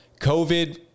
COVID